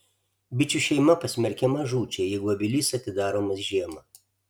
bičių šeima pasmerkiama žūčiai jeigu avilys atidaromas žiemą